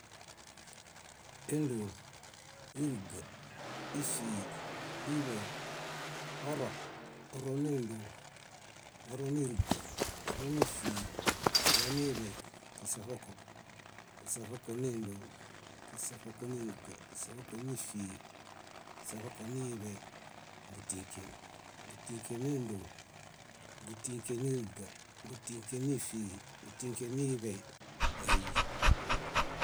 Éndon, íriga, ífiġi, iḃey, oro, oro- néndon, oro- níriga, oro- nífiġi, oroniḃey, kúse-ṗoko, kúse-ṗoko- néndon, kúse-ṗoko- níriga, kúse-ṗoko- nífiġi, kúse-ṗokoniḃey, bútĩken, bútĩkenendon, bútĩkeniriga, bútĩkenifiġi, bútĩken- niḃey, ái.